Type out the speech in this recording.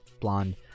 blonde